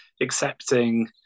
accepting